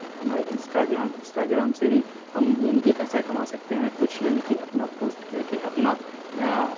پھر ہمارے Instagram Instagram سے بھی ہم یعنی کہ پیسہ کما سکتے ہیں کچھ یعنی کہ اپنا پوسٹ کر کے اپنا